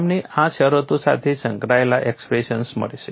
તમને આ શરતો સાથે સંકળાયેલા એક્સપ્રેશન મળશે